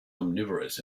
omnivorous